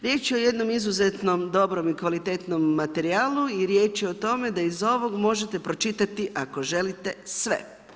Riječ je o jednom izuzetnom, dobrom i kvalitetnom materijalu i riječ je o tome da iz ovog možete pročitati ako želite sve.